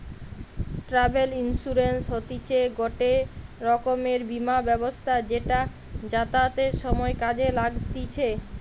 travel insurance হতিছে গটে রকমের বীমা ব্যবস্থা যেটা যাতায়াতের সময় কাজে লাগতিছে